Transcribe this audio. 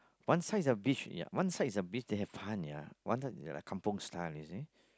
one side is a beach ya one side is a beach they have hunt ya one side is like kampung style you see